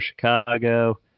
Chicago